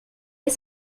est